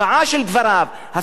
הצתת רכבים,